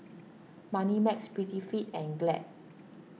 Moneymax Prettyfit and Glad